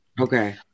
Okay